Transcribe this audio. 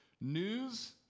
news